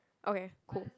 okay cool